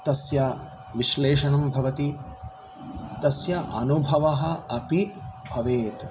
तस्य विश्लेषणं भवति तस्य अनुभवः अपि भवेत्